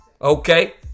okay